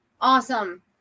Awesome